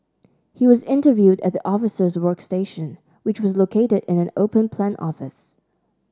he was interviewed at the officers workstation which was located in an open plan office